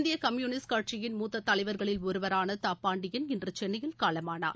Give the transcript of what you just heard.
இந்திய கம்பூனிஸ்ட் கட்சியின் தலைவர்களில் முத்த ஒருவரான தா பாண்டியன் இன்று சென்னையில் காலமானார்